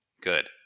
good